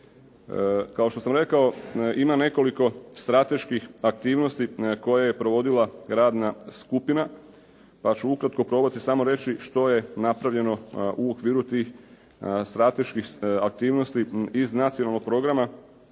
Kao što sam rekao, ima nekoliko strateških aktivnosti koje je provodila radna skupina pa ću ukratko probati samo reći što je napravljeno u okviru tih strateških aktivnosti iz Nacionalnog programa,